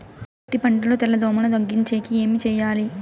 పత్తి పంటలో తెల్ల దోమల తగ్గించేకి ఏమి చేయాలి?